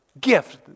gift